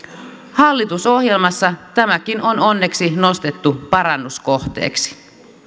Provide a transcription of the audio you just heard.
hallitusohjelmassa tämäkin on onneksi nostettu parannuskohteeksi